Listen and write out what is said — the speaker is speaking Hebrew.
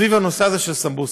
סביב הנושא הזה של סמבוסקי.